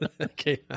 Okay